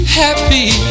happy